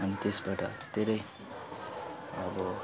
अनि त्यसबाट धेरै अब